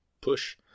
push